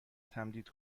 تمدید